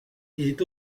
est